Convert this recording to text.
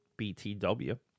BTW